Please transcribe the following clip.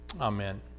amen